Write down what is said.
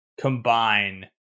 combine